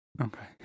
Okay